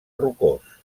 rocós